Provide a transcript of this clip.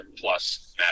plus